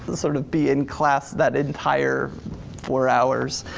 and sort of be in class that entire four hours.